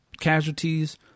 casualties